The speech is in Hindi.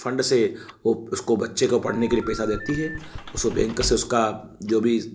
फंड से वह उसको बच्चे को पढ़ने के लिए पैसा देती है उसको बैंक से उसका जो भी